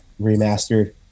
remastered